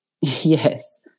Yes